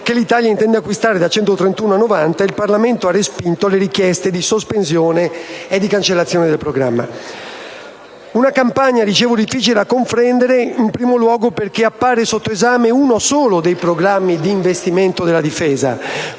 che l'Italia intende acquistare da 131 a 90 e il Parlamento ha respinto le richieste di sospensione e di cancellazione del programma. Una campagna difficile da comprendere, in primo luogo perché appare sotto esame uno solo dei programmi di investimento della Difesa.